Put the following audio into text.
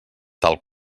tal